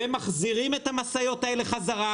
והם מחזירים את המשאיות האלה חזרה,